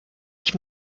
ich